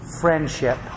friendship